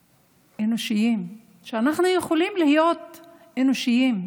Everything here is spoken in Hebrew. אנושיים, שאנחנו יכולים להיות אנושיים.